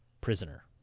prisoner